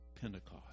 Pentecost